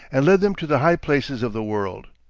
and led them to the high places of the world.